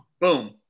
Boom